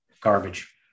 garbage